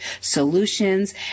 solutions